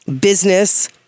business